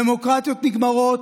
דמוקרטיות נגמרות